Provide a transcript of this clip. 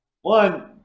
one